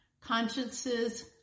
consciences